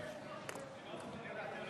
גברתי היושבת-ראש, ההמצאה של הנושא